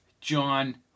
John